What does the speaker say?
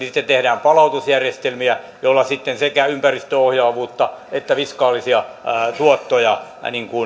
tehdään palautusjärjestelmiä joilla sitten sekä ympäristöohjaavuutta että fiskaalisia tuottoja